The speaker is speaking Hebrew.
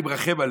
אני מרחם עליהם,